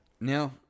Now